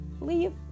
leave